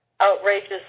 outrageous